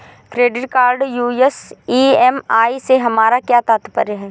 Credit card US EMI से हमारा क्या तात्पर्य है?